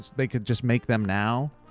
they could just make them now.